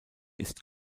ist